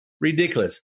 ridiculous